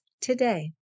today